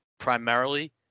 primarily